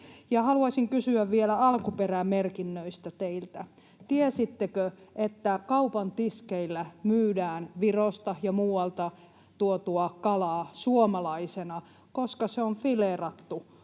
Haluaisin kysyä vielä alkuperämerkinnöistä teiltä. Tiesittekö, että kaupan tiskeillä myydään Virosta ja muualta tuotua kalaa suomalaisena, koska se on fileerattu